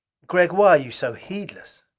gregg, why are you so heedless?